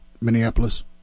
Minneapolis